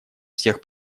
всех